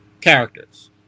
characters